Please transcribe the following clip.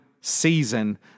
season